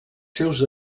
seus